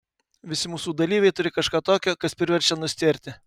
visi mūsų dalyviai turi kažką tokio kas priverčia nustėrti